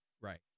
Right